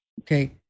Okay